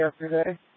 yesterday